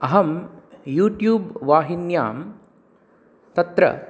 अहं यूट्यूब् वाहिन्यां तत्र